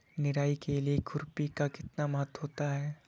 निराई के लिए खुरपी का कितना महत्व होता है?